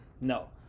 No